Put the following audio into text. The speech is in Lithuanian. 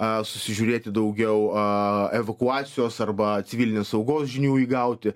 a susižiūrėti daugiau a evakuacijos arba civilinės saugos žinių įgauti